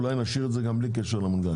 אולי נשאיר את זה גם בלי קשר למונגש,